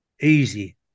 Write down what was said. easy